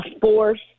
force